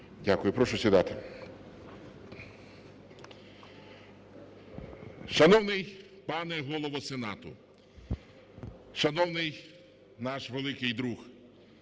Дякую. Прошу сідати. Шановний пане Голово Сенату, шановний наш великий друг,